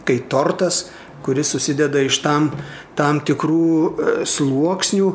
kai tortas kuris susideda iš tam tam tikrų sluoksnių